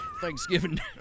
Thanksgiving